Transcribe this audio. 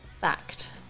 Fact